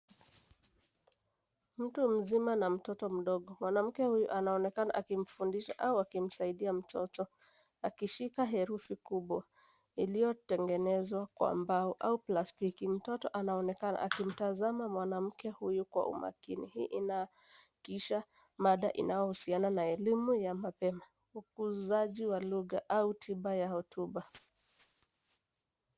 Mtu mzima na mtoto mdogo. Mwanamke huyu anaonekana akimfundisha au akimsaidia mtoto, akishika herufi kubwa, iliyotengenezwa kwa mbao au plastiki. Mtoto anaonekana akimtazama mwanamke huyu kwa umakini. Hii inaakisha mada inayohusiana na elimu ya mapema, ukuzaji wa lugha au tiba ya hotuba.